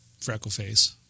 Freckleface